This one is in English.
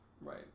Right